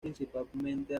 principalmente